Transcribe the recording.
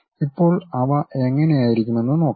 ഇപ്പോൾ അവ എങ്ങനെയിരിക്കുമെന്ന് നോക്കാം